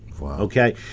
Okay